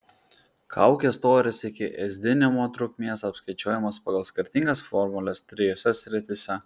kaukės storis iki ėsdinimo trukmės apskaičiuojamas pagal skirtingas formules trijose srityse